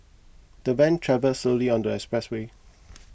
the van travelled slowly on the expressway